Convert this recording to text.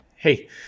Hey